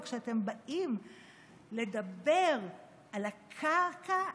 וכשאתם באים לדבר על הקרקע,